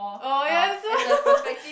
oh ya is so